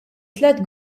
tliet